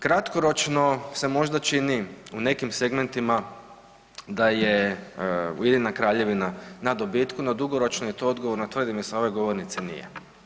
Kratkoročno se možda čini u nekim segmentima da je Ujedinjena Kraljevina na dobitku, no dugoročno je i to odgovorno tvrdim i sa ove govornice, nije.